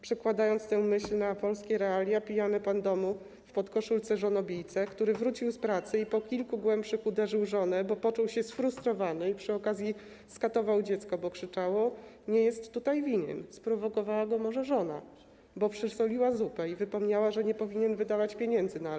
Przekładając tę myśl na polskie realia, pijany pan domu w podkoszulce żonobijce, który wrócił z pracy i po kilku głębszych uderzył żonę, bo poczuł się sfrustrowany, i przy okazji skatował dziecko, bo krzyczało, nie jest tutaj winien, sprowokowała go może żona, bo przesoliła zupę i wypomniała, że nie powinien wydawać pieniędzy na alkohol.